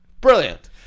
brilliant